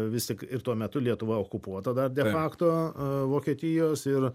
vis tik ir tuo metu lietuva okupuota dar de facto vokietijos ir